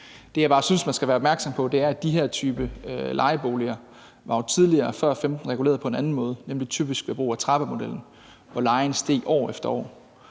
Det, jeg bare synes man skal være opmærksom på, er, at de her typer lejeboliger jo tidligere før 2015 var reguleret på en anden måde, nemlig typisk ved brug af trappemodellen, hvor lejen steg år efter år.